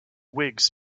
whigs